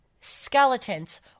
skeletons